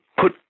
put